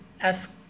ask